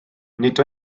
nid